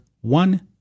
one